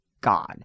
God